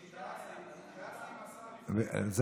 התייעצתי עם השר לפני כן.